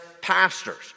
pastors